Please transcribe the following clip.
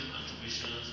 contributions